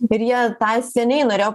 ir jie tą seniai norėjo